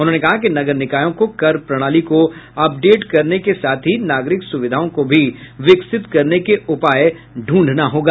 उन्होंने कहा कि नगर निकायों को कर प्रणाली को अपडेट करने के साथ ही नागरिक सुविधाओं को भी विकसित करने के उपाय ढूंढना होगा